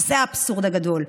וזה האבסורד הגדול.